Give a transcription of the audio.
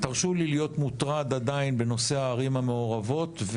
תרשו לי להיות מוטרד עדיין בנושא הערים המעורבות.